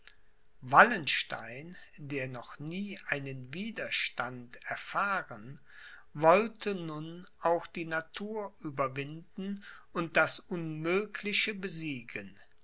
wallenstein der noch nie einen widerstand erfahren wollte nun auch die natur überwinden und das unmögliche besiegen